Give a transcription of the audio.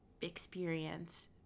experience